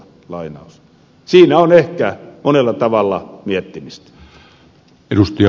siinä on ehkä monella tavalla miettimistä